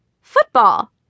Football